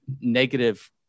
negative